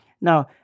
Now